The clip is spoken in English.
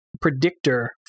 predictor